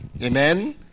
Amen